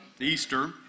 Easter